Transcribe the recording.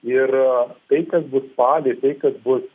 ir tai kas bus spalį tai kas bus